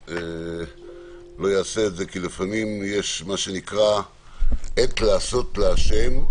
לא אעשה את זה כי לפעמים יש "עת לעשות להשם,